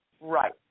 Right